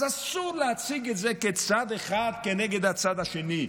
אז אסור להציג את זה כצד אחד כנגד הצד השני.